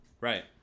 Right